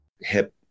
hip